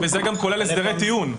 וזה גם כולל הסדרי טיעון.